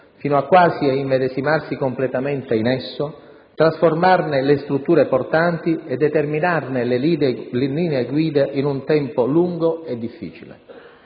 fino quasi a immedesimarsi completamente in esso, trasformarne le strutture portanti e determinarne le linee guida in un tempo lungo e difficile.